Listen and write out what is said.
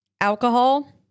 alcohol